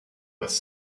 was